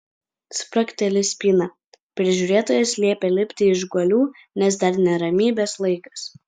spragteli spyna prižiūrėtojas liepia lipti iš guolių nes dar ne ramybės laikas